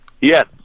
yes